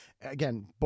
again